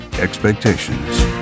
expectations